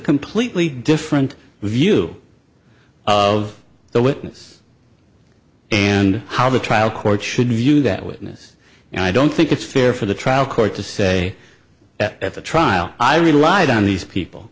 completely different view of the witness and how the trial court should view that witness and i don't think it's fair for the trial court to say at the trial i relied on these people